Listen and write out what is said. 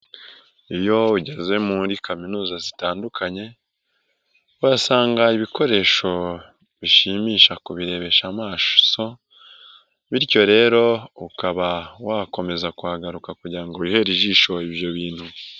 Iyo ugeze muri kaminuza zitandukanye, uhasanga ibikoresho bishimisha kubirebesha amaso bityo rero ukaba wakomeza kuhagaruka kugira ngo wihere ijisho ibyo bintu.